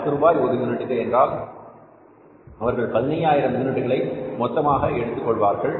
பத்து ரூபாய் ஒரு யூனிட்டுக்கு என்றால் அவர்கள் பதினையாயிரம் யூனிட்களை மொத்தமாக எடுத்துக் கொள்வார்கள்